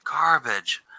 garbage